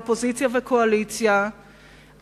אופוזיציה וקואליציה,